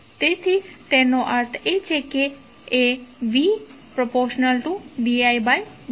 તેથી તેનો અર્થ એ છે કે v ∞d id t